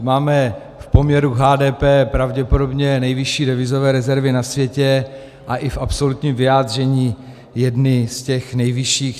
Máme v poměru k HDP pravděpodobně nejvyšší devizové rezervy na světě a i v absolutním vyjádření jedny z těch nejvyšších.